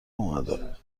اومده